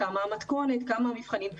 כמה שווה המתכונת וכמה המבחנים,